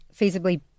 feasibly